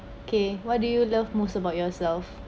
okay what do you love most about yourself